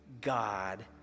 God